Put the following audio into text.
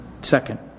Second